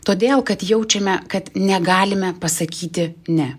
todėl kad jaučiame kad negalime pasakyti ne